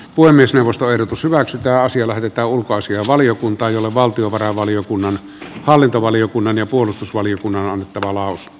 puhemiesneuvosto eli pysyväksi ja siellä hävitä ulkoasianvaliokunta jolle valtiovarainvaliokunnan hallintovaliokunnan ja puolustusvaliokunnan että talous